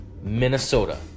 Minnesota